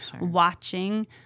watching